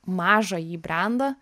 mažąjį brendą